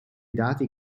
dati